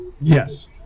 Yes